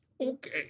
Okay